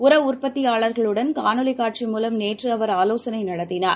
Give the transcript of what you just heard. உரஉற்பத்தியாளர்களுடன் காணொளிகாட்சி மூலம் நேற்றுஅவர் ஆலோசனைநடத்தினார்